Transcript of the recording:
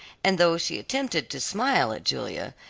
and though she attempted to smile at julia,